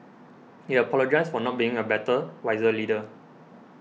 he apologised for not being a better wiser leader